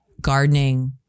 gardening